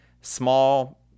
small